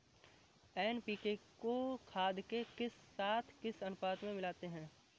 NPK को खाद के साथ किस अनुपात में मिलाते हैं?